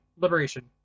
Liberation